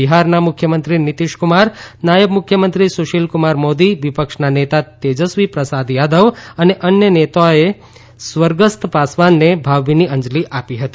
બિહારના મુખ્યમંત્રી નીતીશકુમાર નાયબ મુખ્યમંત્રી સુશીલકુમાર મોદી વિપક્ષના નેતા તેજસ્વી પ્રસાદ યાદવ અને અન્ય નેતાઓએ સ્વર્ગસ્થ પાસવાનને ભાવભીની અંજલી આપી હતી